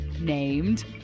named